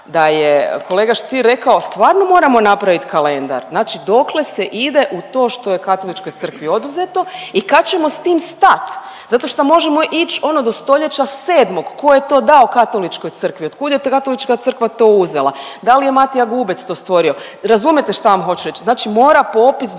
da je kolega Stier rekao stvarno moramo napravit kalendar, znači dokle se ide u to što je Katoličkoj crkvi oduzeto i kad ćemo s tim stat zato što možemo ić ono do stoljeća 7. ko je to dao Katoličkoj crkvi, otkud je ta Katolička crkva to oduzela, da li je Matija Gubec to stvorio? Razumijete šta vam hoću reć, znači mora popis